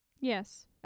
yes